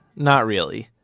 not really.